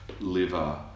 liver